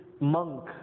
monk